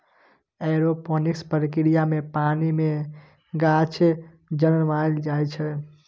aeroponics प्रक्रिया मे पानि मे गाछ जनमाएल जाइ छै